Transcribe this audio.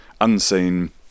unseen